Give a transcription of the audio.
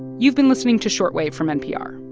you've been listening to short wave from npr.